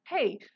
hey